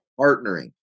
partnering